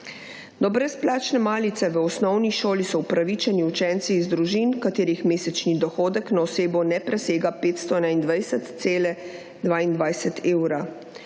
Do brezplačne malice v osnovni šoli so upravičeni učenci iz družin katerih mesečni dohodek na osebo ne presega 521,22 evra.